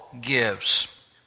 gives